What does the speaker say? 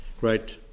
great